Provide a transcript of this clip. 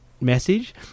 message